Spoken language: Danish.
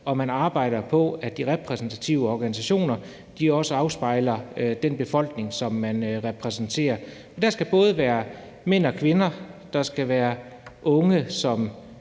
og man arbejder på, at de repræsentative organisationer også afspejler den befolkning, som de repræsenterer. Der skal både være mænd og kvinder, der skal være unge som